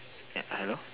ya hello